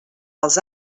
els